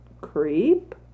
Creep